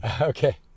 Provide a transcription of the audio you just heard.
Okay